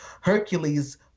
hercules